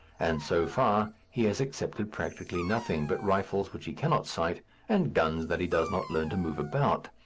and, so far, he has accepted practically nothing but rifles which he cannot sight and guns that he does not learn to move about.